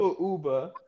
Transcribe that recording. Uber